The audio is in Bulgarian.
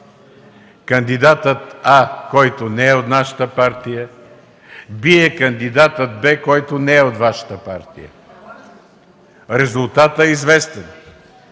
Кандидатът „А”, който не е от нашата партия, бие кандидата „Б”, който не е от Вашата партия. Резултатът е известен.